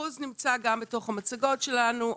האחוז נמצא גם בתוך המצגות שלנו.